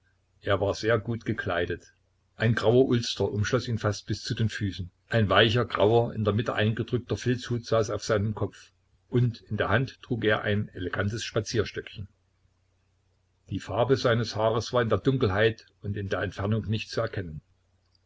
er war sehr gut gekleidet ein grauer ulster umschloß ihn fast bis zu den füßen ein weicher grauer in der mitte eingedrückter filzhut saß auf seinem kopf und in der hand trug er ein elegantes spazierstöckchen die farbe seines haares war in der dunkelheit und in der entfernung nicht zu erkennen